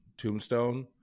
tombstone